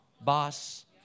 boss